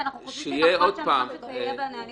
ואנחנו חושבים שנכון שזה יהיה בנהלים הפנימיים.